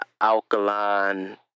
alkaline